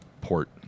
port